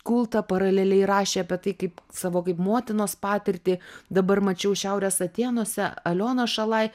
kultą paraleliai rašė apie tai kaip savo kaip motinos patirtį dabar mačiau šiaurės atėnuose aliona šalai